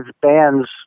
bands